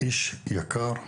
איש יקר,